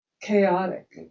chaotic